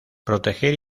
proteger